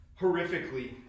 horrifically